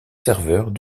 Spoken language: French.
serveurs